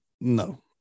no